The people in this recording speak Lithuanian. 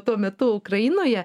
tuo metu ukrainoje